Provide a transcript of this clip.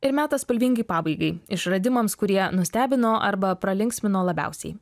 ir metas spalvingai pabaigai išradimams kurie nustebino arba pralinksmino labiausiai